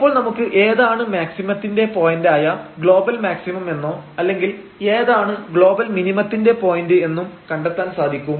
അപ്പോൾ നമുക്ക് ഏതാണ് മാക്സിമത്തിന്റെ പോയന്റായ ഗ്ലോബൽ മാക്സിമം എന്നോ അല്ലെങ്കിൽ ഏതാണ് ഗ്ലോബൽ മിനിമത്തിന്റെ പോയന്റ് എന്നും കണ്ടെത്താൻ സാധിക്കും